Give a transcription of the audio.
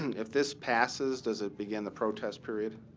if this passes, does it begin the protest period?